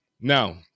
Now